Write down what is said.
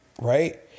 right